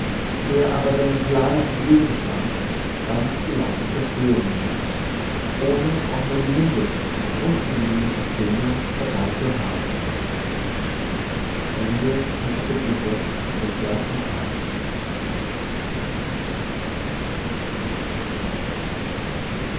der aber seinem plane entgegenstand ganz gelassen zerstören ließ ohne auch nur die mindeste unangenehme empfindung dabei zu haben